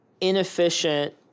inefficient